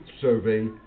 survey